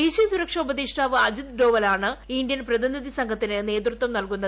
ദേശീയ സുരക്ഷാ ഉപദേഷ്ടാവ് അജിത് ഡോവലാണ് ഇന്ത്യന്റെ പ്പതിനിധി സംഘത്തിന് നേതൃത്വം നൽകുന്നത്